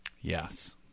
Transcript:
Yes